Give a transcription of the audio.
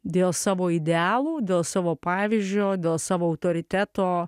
dėl savo idealų dėl savo pavyzdžio dėl savo autoriteto